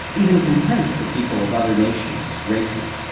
even contempt for people of other nations, races,